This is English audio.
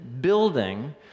building